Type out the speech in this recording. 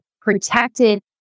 protected